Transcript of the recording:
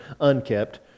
unkept